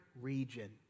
region